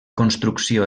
construcció